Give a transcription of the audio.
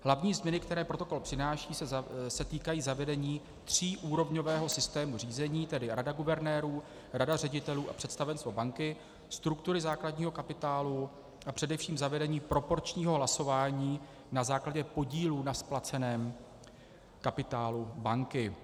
Hlavní změny, které protokol přináší, se týkají zavedení tříúrovňového systému řízení, tedy rada guvernérů, rada ředitelů a představenstvo banky, struktury základního kapitálu a především zavedení proporčního hlasování na základě podílů na splaceném kapitálu banky.